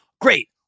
Great